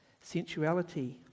sensuality